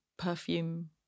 perfume